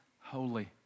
holy